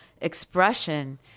expression